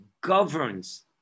governs